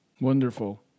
Wonderful